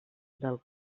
del